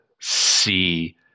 see